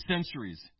centuries